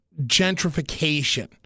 gentrification